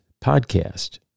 podcast